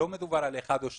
לא מדובר על אחד או שניים.